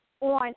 on